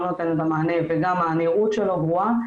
לא נותן את המענה וגם הנראות שלו ברורה,